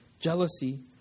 jealousy